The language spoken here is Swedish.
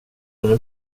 ännu